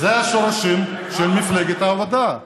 אלה השורשים של מפלגת העבודה.